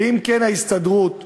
ואם ההסתדרות פונה,